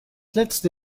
letzte